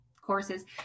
courses